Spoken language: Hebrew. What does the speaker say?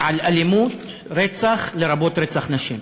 על אלימות, רצח, לרבות רצח נשים.